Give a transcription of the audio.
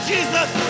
Jesus